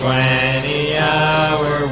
Twenty-hour